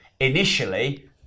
initially